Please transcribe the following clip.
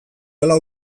dela